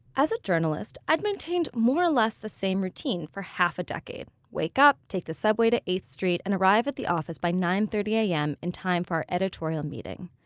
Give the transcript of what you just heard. as a journalist, i'd maintained more or less the same routine for half a decade wake up, take the subway to eighth street, and arrive at the office by nine thirty a m. in time for our editorial meeting.